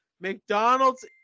McDonald's